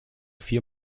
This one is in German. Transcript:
vier